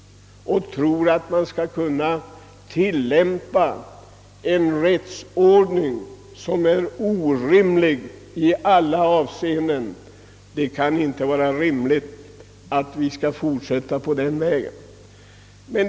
Man tror att man skall kunna tillämpa en rättsordning som är orimlig i alla avseenden. Det kan inte vara rimligt att vi skall fortsätta på den vägen.